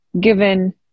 given